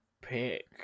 pick